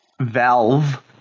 valve